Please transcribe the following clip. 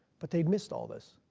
but they missed all this.